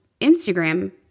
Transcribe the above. Instagram